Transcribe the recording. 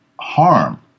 harm